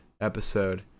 episode